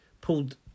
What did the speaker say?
pulled